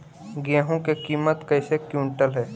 गेहू के किमत कैसे क्विंटल है?